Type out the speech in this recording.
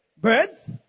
birds